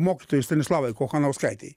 mokytojai stanislavai kochanauskaitei